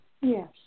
Yes